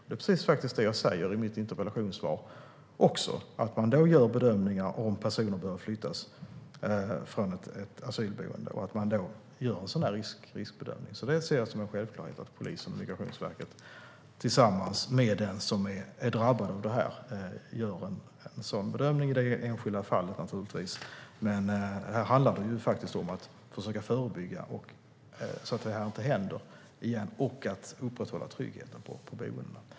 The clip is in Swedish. Det är faktiskt precis det som jag säger i mitt interpellationssvar, alltså att man då gör en riskbedömning och en bedömning av om personen bör flyttas från ett asylboende. Jag ser det som en självklarhet att polisen och Migrationsverket tillsammans med den som är drabbad av detta gör en sådan bedömning i det enskilda fallet. Men här handlar det faktiskt om att försöka förebygga att detta inte händer igen och om att upprätthålla tryggheten på boendena.